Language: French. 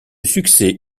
succès